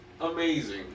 amazing